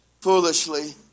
foolishly